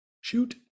Shoot